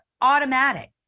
automatic